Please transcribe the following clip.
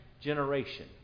generation